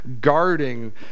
guarding